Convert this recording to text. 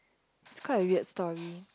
is quite a weird story